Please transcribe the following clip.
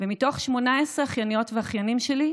ומתוך 18 האחייניות והאחיינים שלי,